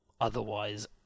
otherwise